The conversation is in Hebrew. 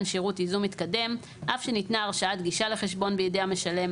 שירות ייזום מתקדם אף שניתנה הרשאת גישה לחשבון בידי המשלם,